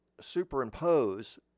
superimpose